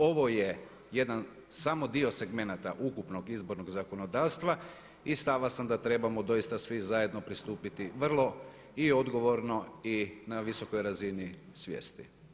Ovo je jedan samo dio segmenata ukupnog izbornog zakonodavstva i stava sam da trebamo doista svi zajedno pristupiti vrlo i odgovorno i na visokoj razini svijesti.